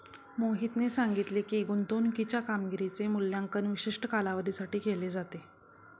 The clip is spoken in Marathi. मोहितने सांगितले की, गुंतवणूकीच्या कामगिरीचे मूल्यांकन विशिष्ट कालावधीसाठी केले जाते